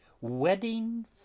wedding